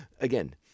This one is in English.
again